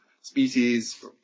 species